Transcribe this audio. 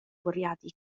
bwriadu